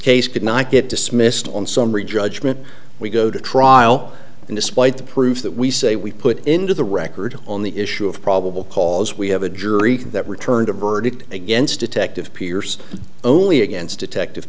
case could not get dismissed on summary judgment we go to trial and despite the proof that we say we put into the record on the issue of probable cause we have a jury that returned a verdict against detective pierce only against detective